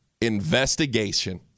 Investigation